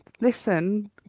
listen